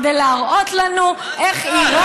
כדי להראות לנו איך איראן,